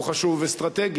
הוא חשוב אסטרטגית,